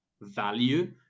value